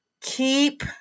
keep